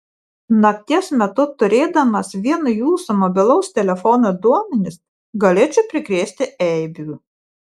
nakties metu turėdamas vien jūsų mobilaus telefono duomenis galėčiau prikrėsti eibių